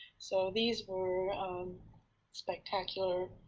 so these were spectacular.